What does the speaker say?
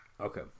Okay